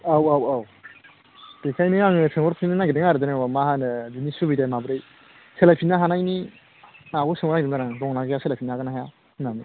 औ औ औ बेनिखायनो आङो सोंहरफिननो नागिरदों आरो जेनेबा मा होनो बेनि सुबिदाया माबोरै सोलायफिननो हानायनि माबाखौ सोंनो नागिरदोंमोन आङो दंना गैया सोलायफिननो हागोन ना हाया होननानै